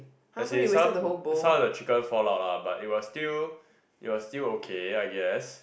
as in some some of the chicken fall out lah but it was still it was still okay I guess